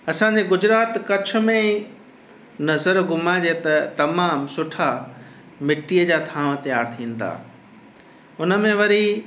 असांजे गुजरात कच्छ में नज़र घुमाएजे त तमामु सुठा मिट्टीअ जा थांव तयार थियनि था हुनमें वरी